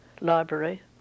library